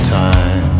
time